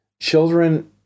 Children